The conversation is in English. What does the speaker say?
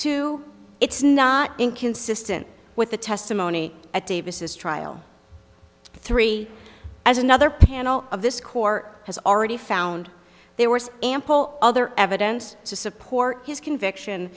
to it's not inconsistent with the testimony at davis's trial three as another panel of this court has already found there was ample other evidence to support his conviction